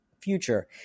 future